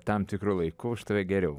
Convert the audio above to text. tam tikru laiku už tave geriau